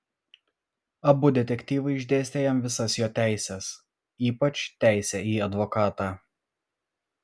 abu detektyvai išdėstė jam visas jo teises ypač teisę į advokatą